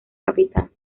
capital